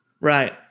right